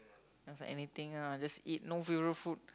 I was like anything ah just eat no favorite food